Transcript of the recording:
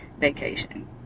vacation